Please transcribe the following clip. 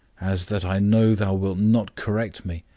as that i know thou wilt not correct me,